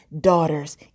daughters